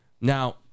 Now